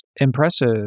impressive